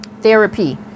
therapy